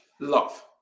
love